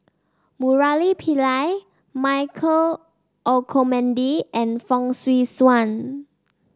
Murali Pillai Michael Olcomendy and Fong Swee Suan